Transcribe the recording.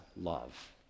love